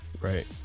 Right